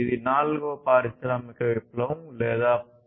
ఇది నాల్గవ పారిశ్రామిక విప్లవం లేదా పరిశ్రమ 4